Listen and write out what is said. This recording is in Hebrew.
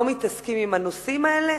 לא מתעסקים עם הנושאים האלה,